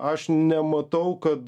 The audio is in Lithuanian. aš nematau kad